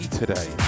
today